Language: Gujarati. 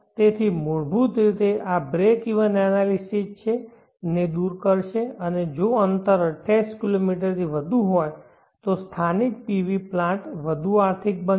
તેથી તે મૂળભૂત રીતે આ બ્રેક ઇવન એનાલિસિસને દૂર કરશે અને જો અંતર 28 કિલોમીટરથી વધુ હોય તો સ્થાનિક PV પ્લાન્ટ વધુ આર્થિક બનશે